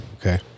Okay